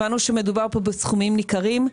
הבנו שמדובר פה בסכומים ניכרים.